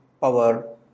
power